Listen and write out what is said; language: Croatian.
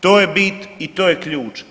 To je bit i to je ključ.